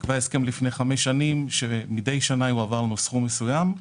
ההסכם נקבע לפני חמש שנים לפיו מדי שנה יועבר אלינו סכום מסוים,